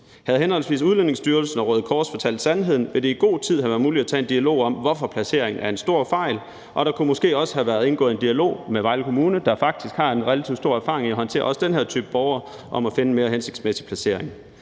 Havde henholdsvis Udlændingestyrelsen og Røde Kors fortalt sandheden, ville det i god tid have været muligt at tage en dialog om, hvorfor placeringen er en stor fejl, og der kunne måske også have været indgået en dialog med Vejle Kommune, der faktisk har en relativt stor erfaring med at håndtere også den her type borgere, om at finde en mere hensigtsmæssig placering.